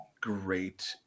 great